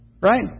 right